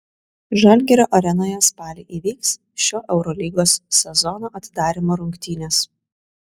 žalgirio arenoje spalį įvyks šio eurolygos sezono atidarymo rungtynės